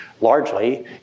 largely